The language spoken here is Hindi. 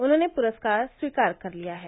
उन्होंने पुरस्कार स्वीकार कर लिया है